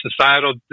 societal